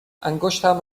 انگشتم